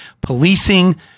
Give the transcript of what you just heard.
policing